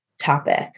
topic